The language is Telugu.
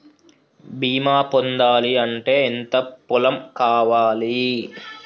బీమా పొందాలి అంటే ఎంత పొలం కావాలి?